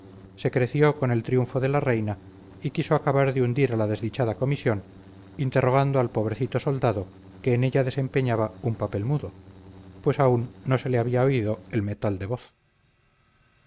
se creció con el triunfo de la reina y quiso acabar de hundir a la desdichada comisión interrogando al pobrecito soldado que en ella desempeñaba un papel mudo pues aún no se le había oído el metal de voz